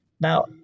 Now